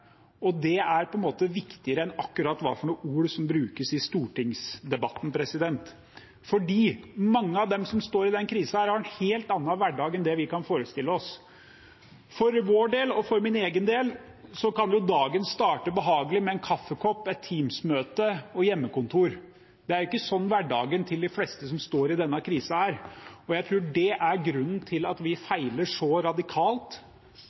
og det er på en måte viktigere enn akkurat hva for noen ord som brukes i stortingsdebatten. Mange av dem som står i denne krisen, har en helt annen hverdag enn det vi kan forestille oss. For vår del, og for min egen del, kan dagen starte behagelig med en kaffekopp, et Teams-møte og hjemmekontor. Det er jo ikke sånn hverdagen til de fleste som står i denne krisen, er. Jeg tror det er grunnen til at vi feiler så radikalt